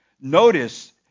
notice